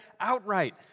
outright